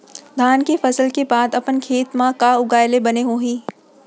धान के फसल के बाद अपन खेत मा का उगाए ले बने होही?